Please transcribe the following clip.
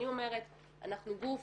אני אומרת, אנחנו גוף